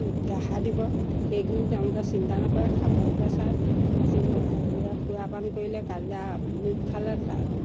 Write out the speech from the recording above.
দেখা দিব সেইখিনি তেওঁলোকে চিন্তা নকৰে খাবলৈহে চায় আজি সুৰাপান কৰিলে কাইলৈ আমুক খালে তা